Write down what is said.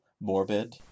morbid